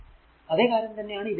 അതെ കാര്യം തന്നെ ആണ് ഇവിടെയും വരിക